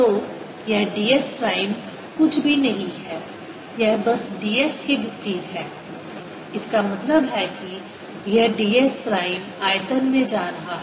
तो यह ds prime कुछ भी नहीं है यह बस ds के विपरीत है इसका मतलब है कि यह ds प्राइम आयतन में जा रहा है